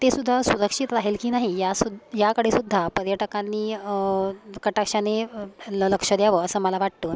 तेसुद्धा सुरक्षित राहील की नाही या सु याकडेसुद्धा पर्यटकांनी कटाक्षाने लक्ष द्यावं असं मला वाटतं